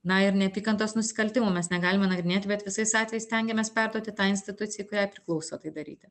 na ir neapykantos nusikaltimų mes negalime nagrinėti bet visais atvejais stengiamės perduoti tai institucijai kuriai priklauso tai daryti